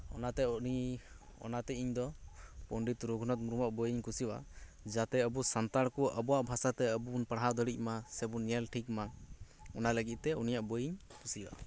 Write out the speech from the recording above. ᱚᱱᱟᱛᱮ ᱩᱱᱤ ᱚᱱᱟᱛᱮ ᱤᱧᱫᱚ ᱯᱚᱸᱰᱤᱛ ᱨᱚᱜᱷᱩᱱᱟᱛᱷ ᱢᱩᱨᱢᱩᱣᱟᱜ ᱵᱚᱭ ᱤᱧ ᱠᱩᱥᱤᱭᱟᱜ ᱟ ᱡᱟᱛᱮ ᱟᱵᱩ ᱥᱟᱱᱛᱟᱲ ᱠᱩ ᱟᱵᱩᱣᱟᱜ ᱵᱷᱟᱥᱟᱛᱮ ᱟᱵᱩᱵᱩᱱ ᱯᱟᱲᱦᱟᱣ ᱫᱟᱲᱤᱜ ᱢᱟ ᱥᱮᱵᱩᱱ ᱧᱮᱞᱴᱷᱤᱠ ᱢᱟ ᱚᱱᱟ ᱞᱟᱹᱜᱤᱫ ᱛᱮ ᱩᱱᱤᱭᱟᱜ ᱵᱚᱭ ᱤᱧ ᱠᱩᱥᱤᱭᱟᱜᱼᱟ